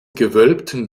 gewölbten